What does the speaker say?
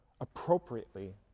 appropriately